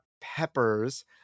peppers